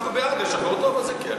אנחנו בעד לשחרר אותו, אבל זה כלא.